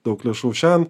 daug lėšų šen